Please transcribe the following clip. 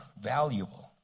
valuable